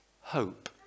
hope